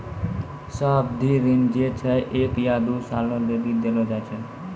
सावधि ऋण जे छै एक या दु सालो लेली देलो जाय छै